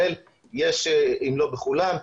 אם לא בכולן,